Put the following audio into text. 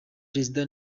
perezida